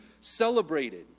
celebrated